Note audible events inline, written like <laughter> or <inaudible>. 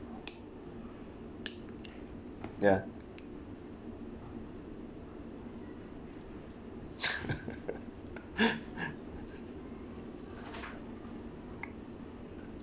ya <laughs> <breath>